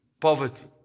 poverty